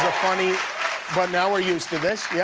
funny but now we're used to this. yeah